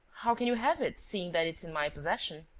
how can you have it, seeing that it's in my possession?